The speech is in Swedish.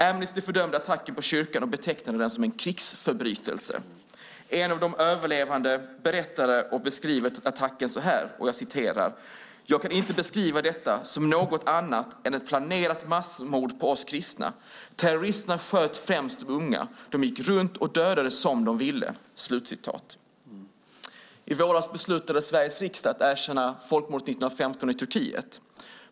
Amnesty fördömde attacken på kyrkan och betecknade den som en krigsförbrytelse. En av de överlevande berättade och beskrev attacken så här: Jag kan inte beskriva detta som något annat än ett planerat massmord på oss kristna. Terroristerna sköt främst de unga. De gick runt och dödade som de ville. I våras beslutade Sveriges riksdag att erkänna folkmordet 1915 i Turkiet.